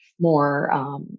more